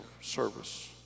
service